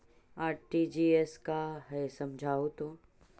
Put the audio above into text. RTGS का है समझाहू तो?